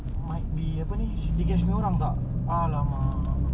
kau tanya who is this City Gas is it